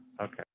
Okay